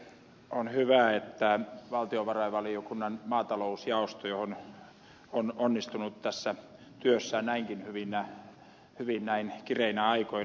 on hyvä että valtiovarainvaliokunnan maatalousjaosto on onnistunut tässä työssään näinkin hyvin näinä kireinä aikoina